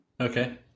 okay